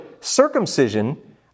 circumcision